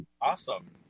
Awesome